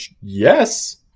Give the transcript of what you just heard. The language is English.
yes